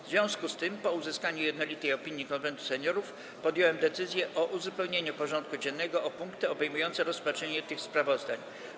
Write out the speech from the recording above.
W związku z tym, po uzyskaniu jednolitej opinii Konwentu Seniorów, podjąłem decyzję o uzupełnieniu porządku dziennego o punkty obejmujące rozpatrzenie tych sprawozdań.